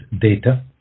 data